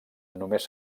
només